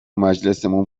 مجلسمون